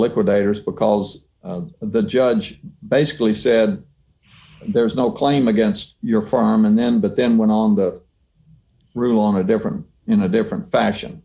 liquidators because the judge basically said there's no claim against your farm and then but then went on the rule on a different in a different fashion